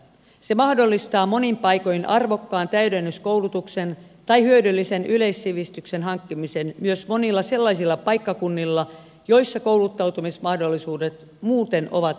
se mahdollistaa monin paikoin arvokkaan täydennyskoulutuksen tai hyödyllisen yleissivistyksen hankkimisen myös monilla sellaisilla paikkakunnilla joilla kouluttautumismahdollisuudet muuten ovat rajalliset